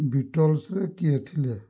ବିଟଲ୍ସରେ କିଏ ଥିଲେ